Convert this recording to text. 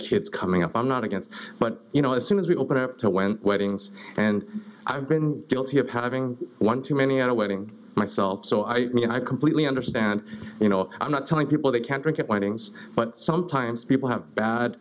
kids coming up i'm not against but you know as soon as we open up to when weddings and i've been guilty of having one too many are waiting myself so i mean i completely understand you know i'm not telling people they can't drink it whiting's but sometimes people have bad